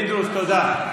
פינדרוס, תודה.